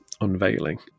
unveiling